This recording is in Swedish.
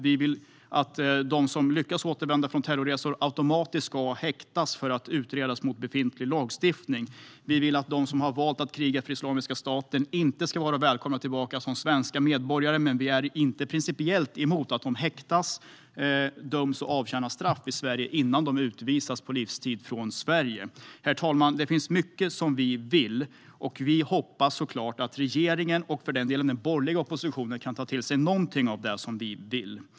Vi vill att de som lyckas återvända från terrorresor automatiskt ska häktas för att utredas gentemot befintlig lagstiftning. Vi vill att de som har valt att kriga för Islamiska staten inte ska vara välkomna tillbaka som svenska medborgare, men vi är inte principiellt emot att de häktas, döms och avtjänar straff i Sverige innan de utvisas på livstid från Sverige. Herr talman! Det finns mycket som vi vill. Vi hoppas såklart att regeringen och, för den delen, den borgerliga oppositionen kan ta till sig någonting av det som vi vill.